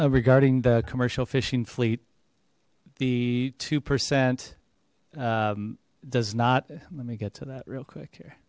regarding the commercial fishing fleet the two percent does not let me get to that real quick here